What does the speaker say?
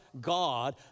God